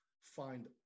find